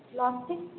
లాస్టిక్